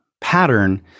pattern